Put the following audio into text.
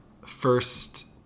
first